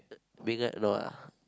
uh Megan no ah